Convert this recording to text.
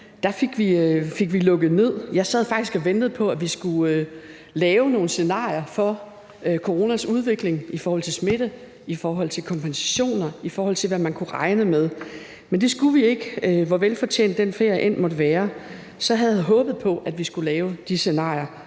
fik vi lukket ned. Jeg sad faktisk og ventede på, at vi skulle lave nogle scenarier for coronas udvikling i forhold til smitte, i forhold til kompensationer, i forhold til hvad man kunne regne med, men det skulle vi ikke. Hvor velfortjent den ferie end måtte være, havde jeg håbet på, at vi skulle lave de scenarier